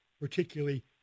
particularly